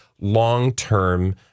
long-term